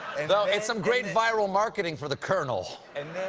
and and some great viral marketing for the colonel. and